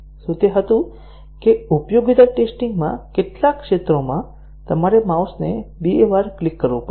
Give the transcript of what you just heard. શું તે હતું કે ઉપયોગીતા ટેસ્ટીંગ માં કેટલાક ક્ષેત્રોમાં તમારે માઉસને બે વાર ક્લિક કરવું પડશે